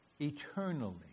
eternally